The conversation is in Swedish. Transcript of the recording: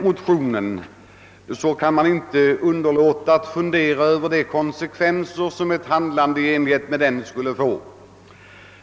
Men man kan inte underlåta att fundera över de konsekvenser som ett bifall till motionen skulle få.